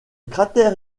cratère